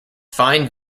fine